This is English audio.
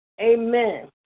Amen